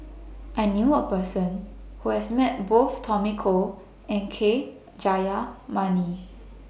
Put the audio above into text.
I knew A Person Who has Met Both Tommy Koh and K Jayamani